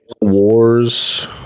wars